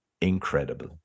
incredible